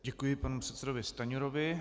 Děkuji panu předsedovi Stanjurovi.